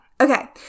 Okay